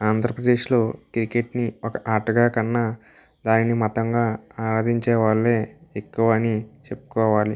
ఆంద్రప్రదేశ్లో క్రికెట్ని ఒక ఆటగా కన్నా దానిని మతంగా ఆదరించే వాళ్ళే ఎక్కువ అని చెప్పుకోవాలి